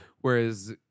Whereas